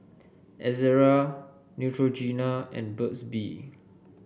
Ezerra Neutrogena and Burt's Bee